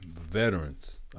veterans